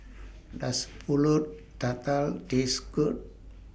Does Pulut Tatal Taste Good